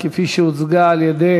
כפי שהוצגה על-ידי